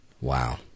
Wow